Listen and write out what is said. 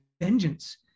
vengeance